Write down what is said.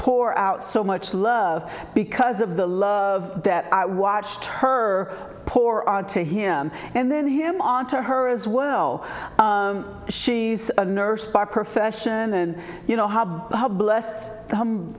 pour out so much love because of the love of that i watched her poor on to him and then him on to her as well she's a nurse by profession and you know how blessed